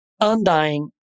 undying